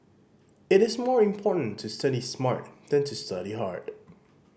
it is more important to study smart than to study hard